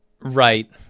Right